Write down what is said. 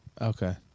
Okay